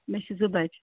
مےٚ چھِ زٕ بَچہٕ